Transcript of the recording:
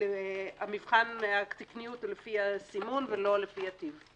מבחן התקניות הוא לפי הסימון ולא לפי הטיב.